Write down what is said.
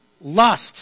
lust